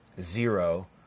zero